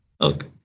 Okay